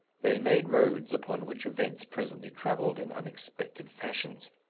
they made roads upon which events presently travelled in unexpected fashions.